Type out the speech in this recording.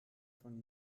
von